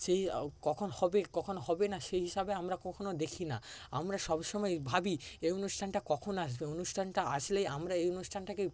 সেই কখন হবে কখন হবে না সেই হিসাবে আমরা কখনো দেখি না আমরা সবসময়ই ভাবি এই অনুষ্ঠানটা কখন আসবে অনুষ্ঠানটা আসলেই আমরা এই অনুষ্ঠানটাকে